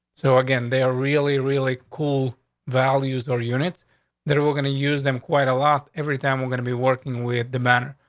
so again, they are really, really cool values or units that we're gonna use them quite a lot every time we're gonna be working with the matter.